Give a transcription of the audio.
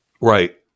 Right